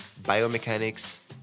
biomechanics